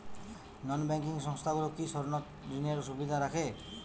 নন banking সংস্থাগুলো কি স্বর্ণঋণের সুবিধা রাখে?